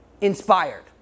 inspired